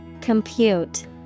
Compute